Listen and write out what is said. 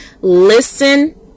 listen